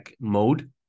mode